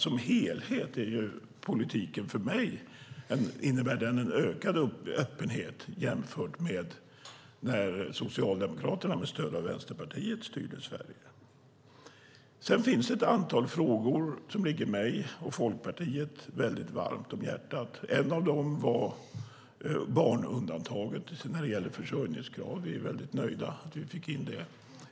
Som helhet innebär politiken för mig en ökad öppenhet jämfört med när Socialdemokraterna med stöd av Vänsterpartiet styrde Sverige. Det finns ett antal frågor som ligger mig och Folkpartiet väldigt varmt om hjärtat. En av dem var barnundantaget när det gäller försörjningskrav. Vi är väldigt nöjda att vi fick in det.